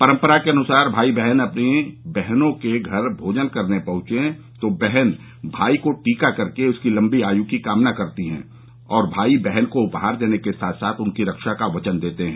परंपरा के अनुसार भाई अपनी बहनों के घर भोजन करने पहंचे तो बहन भाई को टीका करके उनकी लम्बी आय की कामना करती हैं और भाई बहन को उपहार देने के साथ साथ उनकी रक्षा का वचन देते हैं